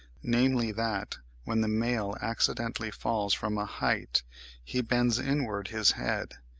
namely that when the male accidentally falls from a height he bends inwards his head,